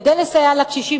כדי לסייע לקשישים,